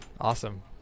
Awesome